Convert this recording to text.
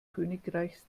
königreichs